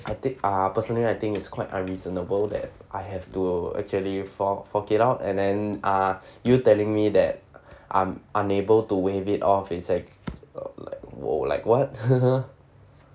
I think ah personally I think is quite unreasonable that I have to do actually fork fork it out and then ah you telling me that I'm unable to waive it off is like wh~ like what